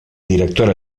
directora